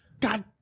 God